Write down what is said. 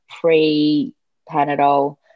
pre-panadol